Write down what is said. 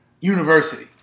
University